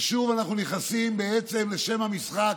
ושוב אנחנו נכנסים בעצם לשם המשחק,